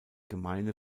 gemeine